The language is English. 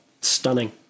stunning